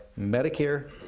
Medicare